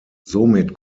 somit